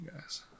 guys